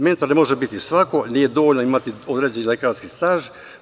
Mentor ne može biti svako, nije dovoljno imati određeni lekarski staž.